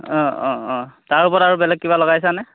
অঁ অঁ অঁ তাৰ ওপৰত আৰু বেলেগ কিবা লগাইছা নে